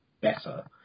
better